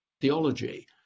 theology